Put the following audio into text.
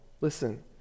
Listen